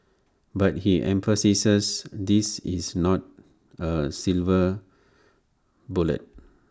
but he emphasises this is not A silver bullet